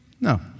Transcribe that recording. no